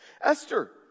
Esther